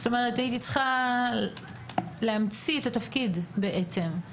הייתי צריכה להמציא את התפקיד בעצם.